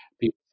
people